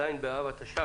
ז' באב התש"ף.